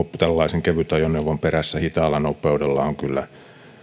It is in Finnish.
tällaisen kevytajoneuvon perässä hitaalla nopeudella on kyllä